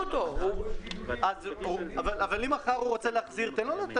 אם הוא מחר רוצה להחזיר.